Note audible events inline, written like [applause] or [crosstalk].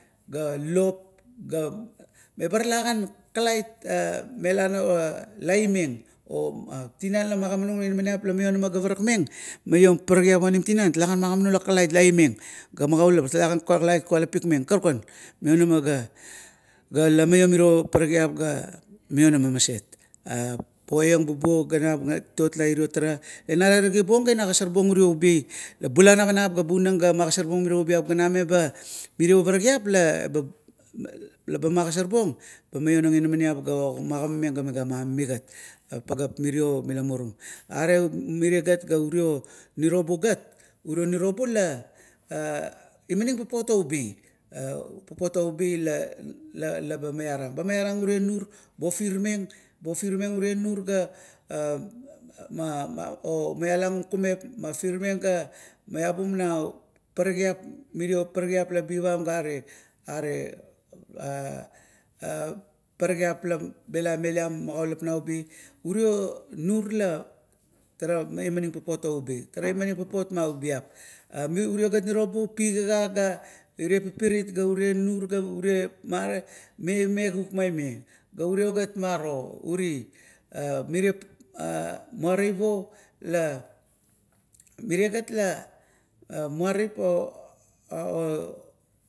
Ga lop, ga lala gan kakailit mela [hesitation] laimeng. Tinan la magima nug inamamiap la maionaa ga parakmeng, maiom paparakgiap onim tinan talagan, magimanu ia kakalait laimeng, ga i magaulap la talagan. Kalait kualapik meng karukan, maionama ga maiom mirio paparakgiap ga mionama maset. E, puiang bubuo, ganam, na irio ogosor buong urio ubi, la bula navanap ga magosor buong mirio ubiap ganam, meba miro paparakgiap leba magosor buong, ba maionang inamamiap gat magima meng ga megama migat, pageap mirio mila muru. Are mire gat, urio nirobu gat, uro nirobu la a imaning papot oubi, apopot oubi la, bamaiarang, bamaiarang ure nus ba ofirmeng, ba ofirmeng ure ur ga [hesitation] maialang un kumep, magirmeng ga ma iapuam na parakgiap, mirio parakgiap la bivam gare, are [hesitation] parakgiap la mela meliam magaulap nau ubi. Urio, nur la tara imaning papot oubi, ga papot maubiap. Urie gat nirobu la pigagagaire pipirit ga ure nur, ga mare mime kuk maime. Ga ure ga maro uri [hesitation] maro muarapo la, meregat la muarapo. [hesitation]